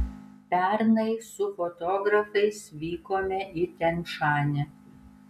pernai su fotografais vykome į tian šanį